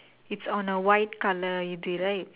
it's on a white colour இது:ithu right